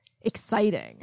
exciting